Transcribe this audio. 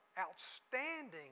outstanding